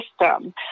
system